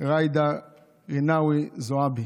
ג'ידא רינאוי זועבי.